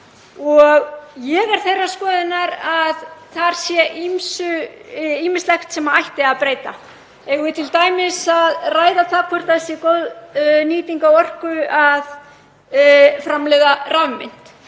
og ég er þeirrar skoðunar að þar sé ýmislegt sem ætti að breyta. Eigum við t.d. að ræða það hvort það sé góð nýting á orku að framleiða rafmynt?